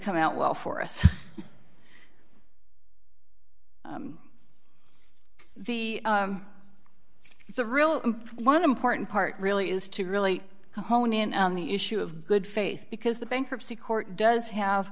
come out well for us the the real one important part really is to really hone in on the issue of good faith because the bankruptcy court does have